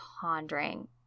pondering